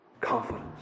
confidence